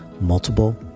multiple